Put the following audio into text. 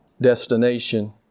destination